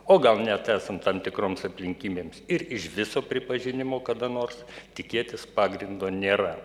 o gal net esant tam tikroms aplinkybėms ir iš viso pripažinimo kada nors tikėtis pagrindo nėra